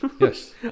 yes